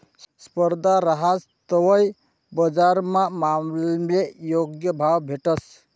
स्पर्धा रहास तवय बजारमा मालले योग्य भाव भेटस